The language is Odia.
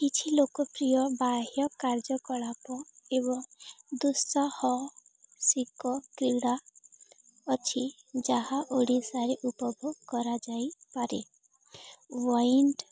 କିଛି ଲୋକପ୍ରିୟ ବାହ୍ୟ କାର୍ଯ୍ୟକଳାପ ଏବଂ ଦୁଃସାହସିକ କ୍ରୀଡ଼ା ଅଛି ଯାହା ଓଡ଼ିଶାରେ ଉପଭୋଗ କରାଯାଇପାରେ ୱାଇଣ୍ଡ୍